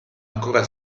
ancora